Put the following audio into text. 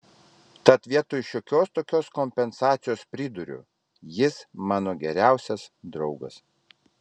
tad vietoj šiokios tokios kompensacijos priduriu jis mano geriausias draugas